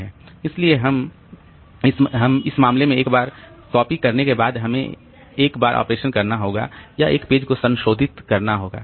इसलिए इस मामले में एक बार कॉपी करने के बाद हमें एक बार ऑपरेशन करना होगा या एक पेज को संशोधित करना होगा